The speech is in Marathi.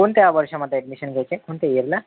कोणत्या वर्षामध्ये ॲडमिशन घ्यायची आहे कोणत्या इयरला